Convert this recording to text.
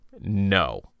No